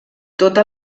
tota